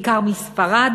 בעיקר מספרד,